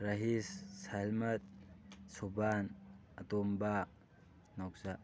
ꯔꯍꯤꯁ ꯁꯍꯜꯃꯠ ꯁꯨꯕꯥꯟ ꯑꯇꯣꯝꯕ ꯅꯥꯎꯆꯥ